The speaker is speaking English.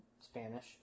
Spanish